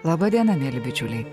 laba diena mieli bičiuliai